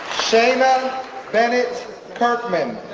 shanna bennett kirkman,